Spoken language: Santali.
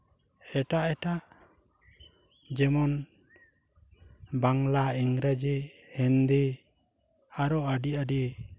ᱮᱴᱟᱜ ᱮᱴᱟᱜ ᱡᱮᱢᱚᱱ ᱵᱟᱝᱞᱟ ᱤᱝᱨᱮᱡᱤ ᱦᱤᱱᱫᱤ ᱟᱨᱚ ᱟᱹᱰᱤ ᱟᱹᱰᱤ